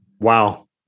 Wow